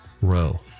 row